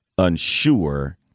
Unsure